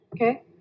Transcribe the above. Okay